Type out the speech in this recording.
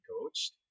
coached